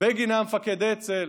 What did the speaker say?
בגין היה מפקד אצ"ל,